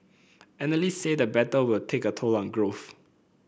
analysts say the battle will take a toll on growth